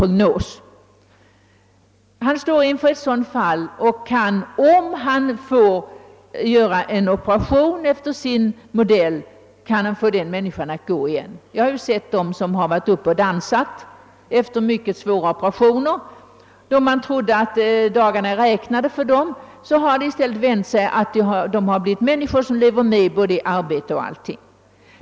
Om emellertid docent Bellman får tillfälle att göra en operation enligt sin metod, kan han få den sjuke alt gå igen. Jag har sett personer som varit uppe och dansat sedan de genomgått en sådan operation, personer vilkas dagar man trodde var räknade. De har blivit friska och kunnat utföra sitt arbete och över huvud taget föra ett normalt liv.